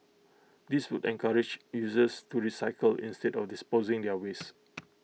this would encourage users to recycle instead of disposing their waste